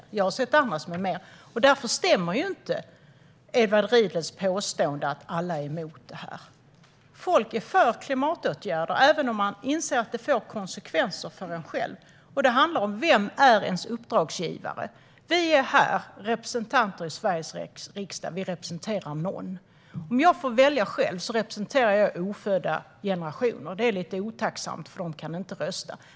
Och jag har sett ännu högre siffror. Därför stämmer inte Edward Riedls påstående att alla är mot flygskatten. Folk är för klimatåtgärder även om man inser att det får konsekvenser för en själv. Det handlar om vem som är ens uppdragsgivare. Vi representanter i Sveriges riksdag representerar någon. Om jag själv får välja representerar jag ofödda generationer. Det är lite otacksamt, för de kan inte rösta.